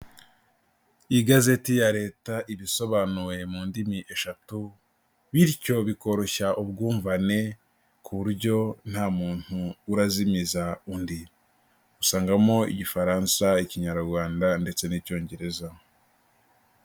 Igazeti ya leta iba isobanuye mu ndimi eshatu bityo bikoroshya ubwumvane ku buryo nta muntu urazimiza undi, usangamo igifaransa, ikinyarwanda ndetse n'icyongereza.